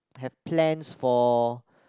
have plans for